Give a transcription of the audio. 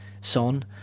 Son